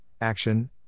action